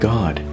God